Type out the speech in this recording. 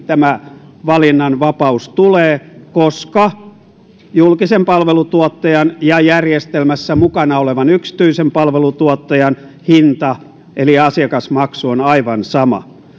tämä valinnanvapaus tulee koska julkisen palvelutuottajan ja järjestelmässä mukana olevan yksityisen palvelutuottajan hinta eli asiakasmaksu on aivan sama